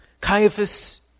Caiaphas